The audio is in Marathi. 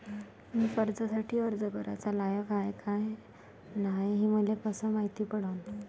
मी कर्जासाठी अर्ज कराचा लायक हाय का नाय हे मले कसं मायती पडन?